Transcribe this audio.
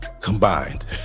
combined